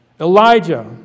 Elijah